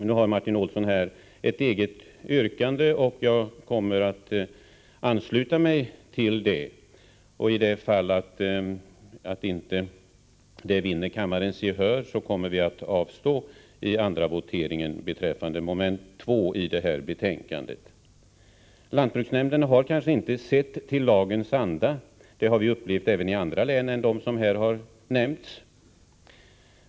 Nu har Martin Olsson ett eget yrkande, och jag kommer att ansluta mig till det. Om det inte vinner kammarens gehör, kommer vi att avstå i andra voteringen beträffande mom. 2 i detta betänkande. Lantbruksnämnderna har kanske inte sett till lagens anda. Det har vi upplevt även i andra län än dem som här har diskuterats.